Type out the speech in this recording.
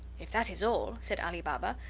if that is all, said ali baba,